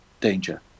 danger